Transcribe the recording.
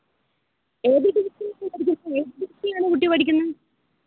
ഏത് ഡിവിഷന് ഏത് ഡിവിഷൻലാണ് കുട്ടി പഠിക്കുന്നത്